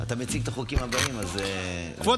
אתה מציג את החוקים הבאים, אז, כבוד